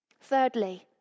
Thirdly